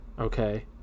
okay